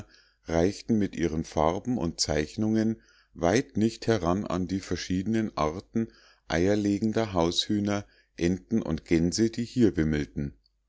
reichten mit ihren farben und zeichnungen weit nicht heran an die verschiedenen arten eierlegender haushühner enten und gänse die hier wimmelten